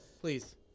Please